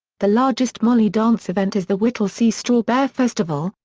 the largest molly dance event is the whittlesea straw bear festival,